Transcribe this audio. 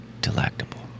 Delectable